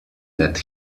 that